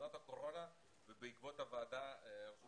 בוועדת הקורונה ובעקבות הוועדה רשות